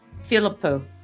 Filippo